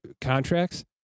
contracts